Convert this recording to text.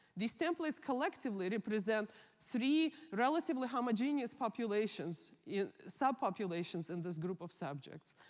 these templates collectively represent three relatively homogeneous sub-populations in sub-populations in this group of subjects.